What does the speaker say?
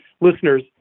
listeners